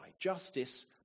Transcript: Justice